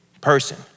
person